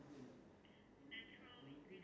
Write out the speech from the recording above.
natural ingredients and